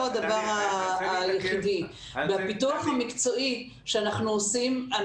לא ה דבר היחידי והפיתוח המקצועי שאנחנו עושים,